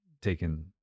taken